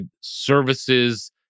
services